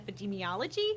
epidemiology